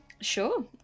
sure